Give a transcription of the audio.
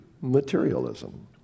materialism